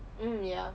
mm ya